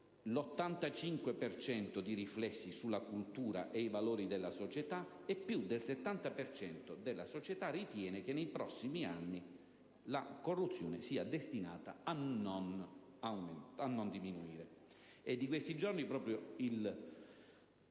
ha riflessi sulla cultura e i valori della società. Più del 70 per cento della società ritiene che nei prossimi anni la corruzione sia destinata a non diminuire. È di questi giorni il